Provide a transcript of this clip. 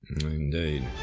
indeed